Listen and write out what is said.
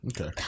Okay